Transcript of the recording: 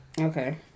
Okay